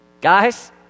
Guys